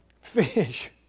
fish